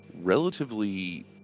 relatively